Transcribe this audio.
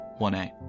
1A